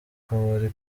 kabari